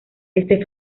este